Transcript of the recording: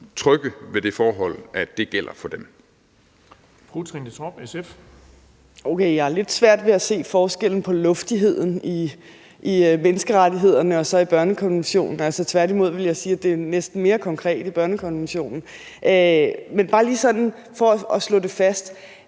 Trine Torp, SF. Kl. 21:59 Trine Torp (SF): Okay, jeg har lidt svært ved at se forskellen på det luftige i menneskerettighederne og så i børnekonventionen. Altså, tværtimod ville jeg sige, at det næsten er mere konkret i børnekonventionen. Men bare lige sådan for at slå det fast: